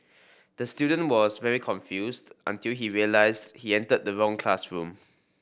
the student was very confused until he realised he entered the wrong classroom